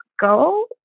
go